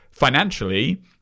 Financially